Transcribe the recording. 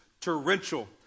torrential